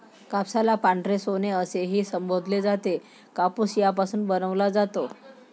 कापसाला पांढरे सोने असेही संबोधले जाते, कापूस यापासून बनवला जातो